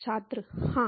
छात्र हाँ